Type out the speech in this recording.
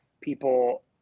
people